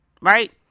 right